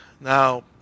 now